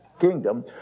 kingdom